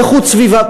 איכות סביבה.